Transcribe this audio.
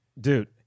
Dude